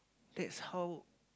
that's how